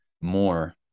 more